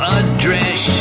address